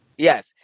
Yes